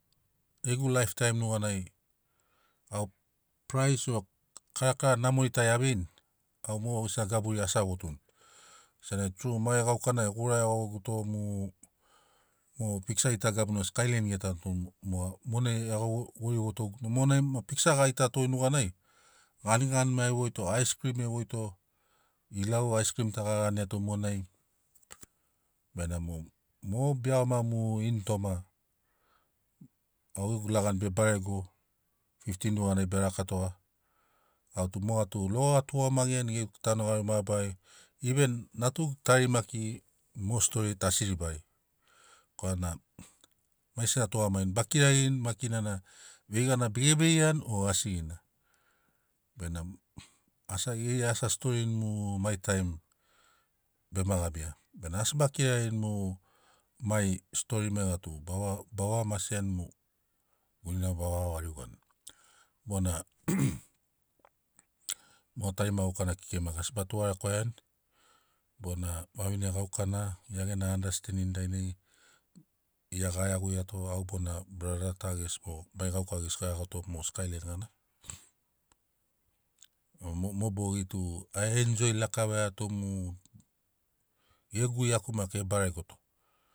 Egu laif taim nuganai au prize or kara kara namori tari a veini au mogesina gaburi asi a votuni senagi tru mai gaukana na e gura iago guto mo mu mo piksa gita gabuna skailain getato mo moga monai mo moga monai piksa ga gita to nuganai ganigani ma e voito ais krim e voito ilau aiskrim ta ga ganiato monai benamo mo be iagoma ini toma au gegu lagani be barego fifti nuganai ba rakatoga au tu moga logo a tugamagiani gegu tanu garori mabarariai even natugu tari maki mo stori tu asi ribari korana maigesina a tugamagini ba kirarini makina na veigana bege veiani o asigina benamo as geri asi a storini mu mai taim bema gabia bena asi be kirari mu mai stori maiga tu bava ba gwa maseani mu gurina baga varigoni bona mo tarima gaukana kekei maki asi ba tugaregwaiani bona vavine gaukana gia gena andastendin dainai gia ga iaguiato au bona brada ta gesi mogo mai gauka gesi ga iago to skailain gana mo mo bogi tu a enjoi lakavaiato mu egu iaku maki e baregoto